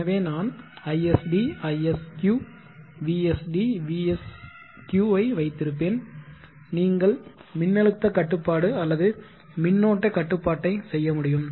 எனவே நான் isd isq vsd vsq ஐ வைத்திருப்பேன் நீங்கள் மின்னழுத்த கட்டுப்பாடு அல்லது மின்னோட்ட கட்டுப்பாட்டை செய்ய முடியும்